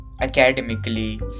academically